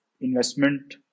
investment